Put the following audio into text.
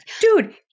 Dude